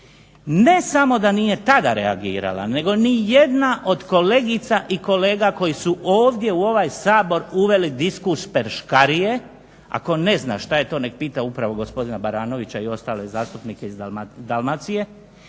Ne samo da nije tada reagirala, nego ni jedna od kolegica i kolega koji su ovdje u ovaj Sabor uveli diskus peškarije, a tko ne zna šta je to nek' pita upravo gospodina Baranovića i ostale zastupnike iz Dalmacije,